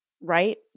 Right